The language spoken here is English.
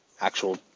Actual